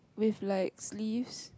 with like sleeves